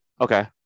okay